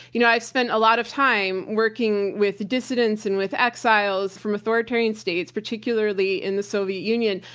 you know i've spent a lot of time working with dissidents and with exiles from authoritarian states, particularly in the soviet union.